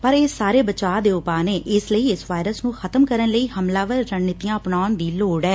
ਪਰ ਇਹ ਸਾਰੇ ਬਚਾਅ ਦੇ ਉਪਾਅ ਨੇ ਇਸ ਲਈ ਇਸ ਵਾਇਰਸ ਨੂੰ ਖ਼ਤਮ ਕਰਨ ਲਈ ਹਮਲਾਵਾਰ ਰਣਨੀਤੀਆਂ ਅਪਣਾਉਣ ਦੀ ਲੋੜ ਐ